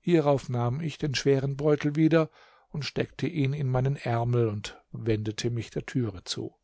hierauf nahm ich den schweren beutel wieder und steckte ihn in meinen ärmel und wendete mich der türe zu